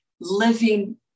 living